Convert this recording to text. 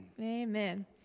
Amen